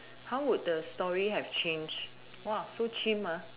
how would the story have change !wah! so chim ah